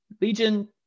Legion